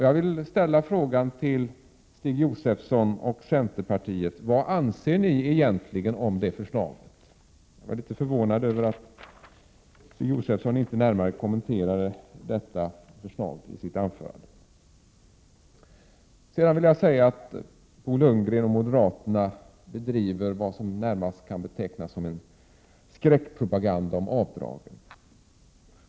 Jag vill fråga Stig Josefson vad centerpartiet egentligen anser om det förslaget. Jag var litet förvånad över att Stig Josefson inte närmare kommenterade detta förslag i sitt anförande. Bo Lundgren och moderaterna bedriver vad som närmast kan betecknas som en skräckpropaganda om avdragen.